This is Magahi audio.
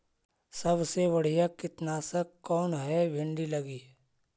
सबसे बढ़िया कित्नासक कौन है भिन्डी लगी?